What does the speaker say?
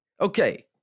Okay